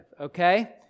Okay